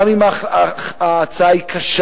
גם אם ההצעה היא קשה,